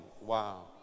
wow